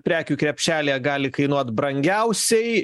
prekių krepšelyje gali kainuot brangiausiai